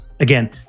Again